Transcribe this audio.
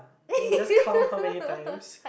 then you just count how many times